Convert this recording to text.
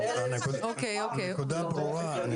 הנקודה ברורה.